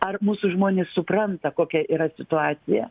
ar mūsų žmonės supranta kokia yra situacija